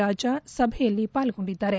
ರಾಜಾ ಸಭೆಯಲ್ಲಿ ಪಾರ್ಲೊಂಡಿದ್ದಾರೆ